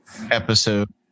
episode